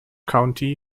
county